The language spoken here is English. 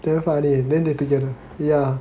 damn funny then they together yeah